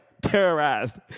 terrorized